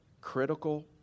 critical